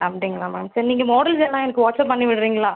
அப்படிங்களா மேம் சரி நீங்கள் மாடல்ஸ் எல்லாம் எனக்கு வாட்ஸஅப் பண்ணி விடுறீங்களா